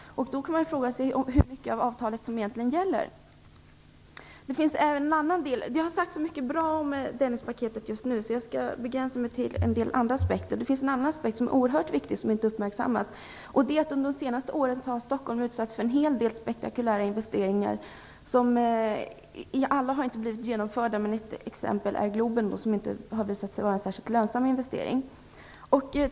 Då kan man fråga sig hur mycket av avtalet som verkligen gäller. Det har sagts så mycket bra om Dennispaketet just nu, så jag skall begränsa mig till en del andra aspekter. Det finns en annan aspekt som är oerhört viktig men som inte har uppmärksammats, nämligen att Stockholm under det senaste året har utsatts för en hel del spektakulära investeringar av vilka alla inte har genomförts. Ett sådant exempel är Globen som inte har visat sig vara en särskilt lönsam investering.